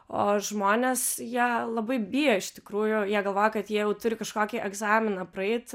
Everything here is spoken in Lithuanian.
o žmonės ją labai bijo iš tikrųjų jie galvoja kad jie jau turi kažkokį egzaminą praeit